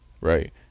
right